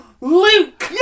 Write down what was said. Luke